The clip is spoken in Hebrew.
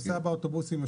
נוסע באוטובוסים,